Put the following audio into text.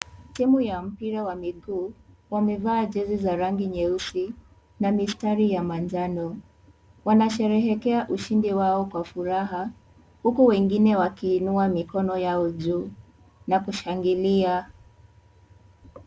Timu ya mpira ya miguu wamevaa jezi ya rangi nyeusi na misitari ya manjano wanasherehekea ushindi wao kwa furaha huku wengine wakiinua mikono yao juu na kushangilia.